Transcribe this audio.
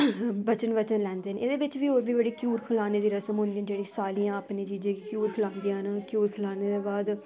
बचन लैंदे न एह्दे बिच ओह् बी जेह्ड़ी घ्यूर खलाने दी जेह्ड़ी रस्म होंदी ऐ जेह्ड़ी सालियां अपने जीजे गी घ्यूर खलांदियां न घ्यूर खलाने दे बाद